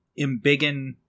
embiggen